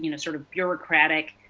and sort of bureaucratic,